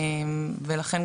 לכן,